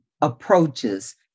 approaches